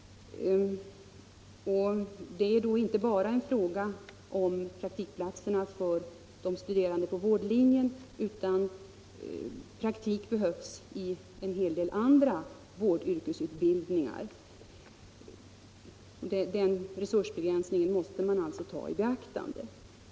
Det gäller f.ö. inte bara frågan om praktikplatser för de studerande på vårdlinjen, utan praktikplatser behövs också inom annan vårdyrkesutbildning. Den resursbegränsningen måste tas i beaktande.